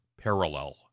parallel